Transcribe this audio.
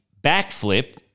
backflip